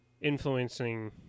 influencing